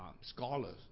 scholars